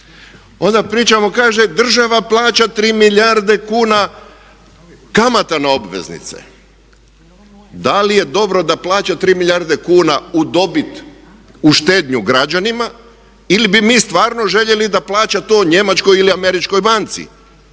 Onda pričamo, kaže država plaća 3 milijarde kuna kamata na obveznice. Da li je dobro da plaća 3 milijarde kuna u dobit u štednju građanima ili bi mi stvarno željeli da plaća to njemačkoj ili američkoj banci,